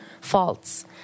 faults